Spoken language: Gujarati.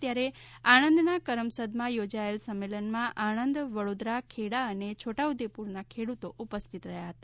ત્યારે આણંદના કરમસદમાં યોજાયેલ સંમેલનમાં આણંદ વડોદરા ખેડા અને છોટાઉદેપુરના ખેડૂતો ઉપસ્થિત રહ્યા હતા